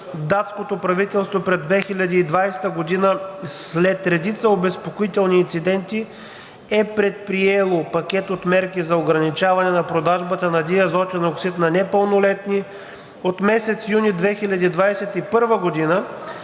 датското правителство през 2020 г. след редица обезпокоителни инциденти е предприело пакет от мерки за ограничаване на продажбата на диазотен оксид на непълнолетни. От месец юни 2021 г.